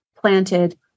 Planted